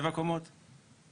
הוא מדייק בדברים שלו,